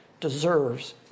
deserves